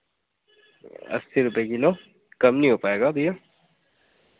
अस्सी रुपये किलो कम नहीं हो पाएगा भैया